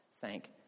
thank